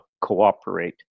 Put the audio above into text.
cooperate